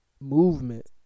movement